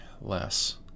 less